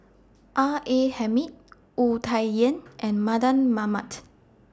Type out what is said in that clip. R A Hamid Wu Tsai Yen and Mardan Mamat